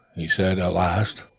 he said at last.